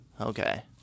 Okay